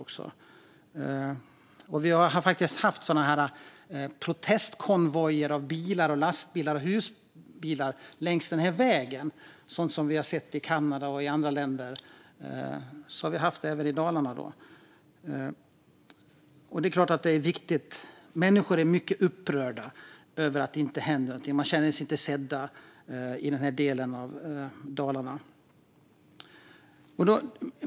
Vi har faktiskt haft protestkonvojer med bilar, lastbilar och husbilar längs den här vägen. Det vi har sett i Kanada och i andra länder har vi haft även i Dalarna. Det är klart att detta är viktigt. Människor är mycket upprörda över att det inte händer någonting. De känner sig inte sedda i den här delen av Dalarna.